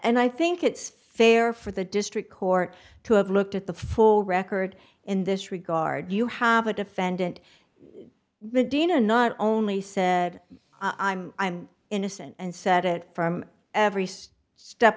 and i think it's fair for the district court to have looked at the full record in this regard you have a defendant the drina not only said i'm i'm innocent and said it from every step